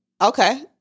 Okay